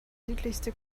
südlichste